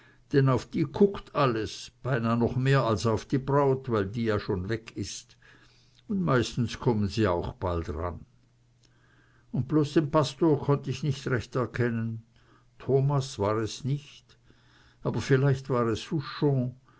denn auf die kuckt alles beinah mehr noch als auf die braut weil die ja schon weg ist un meistens kommen sie auch bald ran un bloß den pastor konnt ich nich recht erkennen thomas war es nich aber vielleicht war es